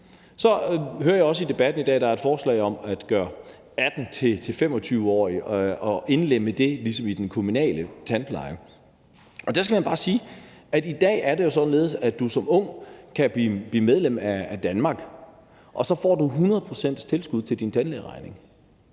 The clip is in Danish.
Så hører jeg også i debatten i dag, at der er et forslag om at indlemme de 18-25-årige i den kommunale tandpleje. Og der må man bare sige, at det i dag er således, at du som ung kan blive medlem af "danmark", og så får du 100 pct. tilskud til din tandlægeregning.